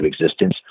existence